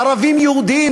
ערבים יהודים,